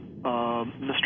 Mr